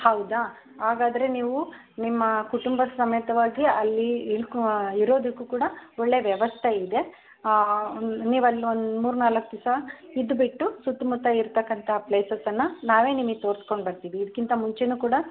ಹೌದಾ ಹಾಗಾದರೆ ನೀವು ನಿಮ್ಮ ಕುಟುಂಬ ಸಮೇತವಾಗಿ ಅಲ್ಲಿ ಇಳ್ಕೊ ಇರೋದಕ್ಕು ಕೂಡ ಒಳ್ಳೆಯ ವ್ಯವಸ್ಥೆ ಇದೆ ನೀವಲ್ಲೊಂದು ಮೂರು ನಾಲ್ಕು ದಿವ್ಸ ಇದ್ದುಬಿಟ್ಟು ಸುತ್ತ ಮುತ್ತ ಇರ್ತಕ್ಕಂತಹ ಪ್ಲೇಸಸನ್ನು ನಾವೇ ನಿಮಗ್ ತೋರಿಸ್ಕೊಂಡು ಬರ್ತೀವಿ ಇದಕ್ಕಿಂತ ಮುಂಚೆ ಕೂಡ